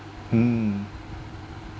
mm